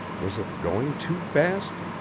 was it going too fast?